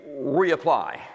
reapply